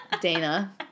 Dana